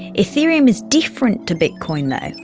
ethereum is different to bitcoin though,